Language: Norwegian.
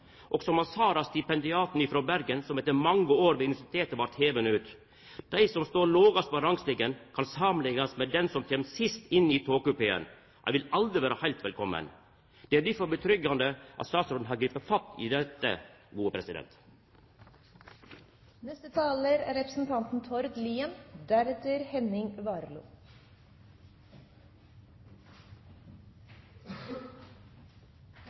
Og som han sa, stipendiaten frå Bergen som etter mange år ved universitetet vart hivd ut: Dei som står lågast på rangstigen, kan samanliknast med den som kjem sist inn i togkupeen – ein vil aldri vera heilt velkomen. Det er difor bra at statsråden har gripe fatt i dette.